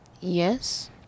yes